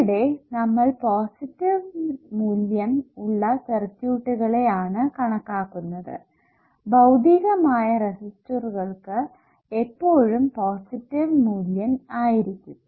ഇവിടെ നമ്മൾ പോസിറ്റീവ് മൂല്യം ഉള്ള റെസിസ്റ്ററുകളെ ആണ് കണക്കാക്കുന്നത് ഭൌതികമായ റെസിസ്റ്ററുകൾക്ക് എപ്പോഴും പോസിറ്റീവ് മൂല്യം ആയിരിക്കും